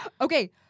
okay